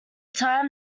time